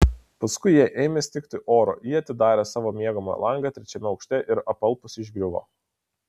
paskui jai ėmė stigti oro ji atidarė savo miegamojo langą trečiame aukšte ir apalpusi išgriuvo